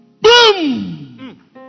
Boom